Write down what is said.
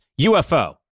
UFO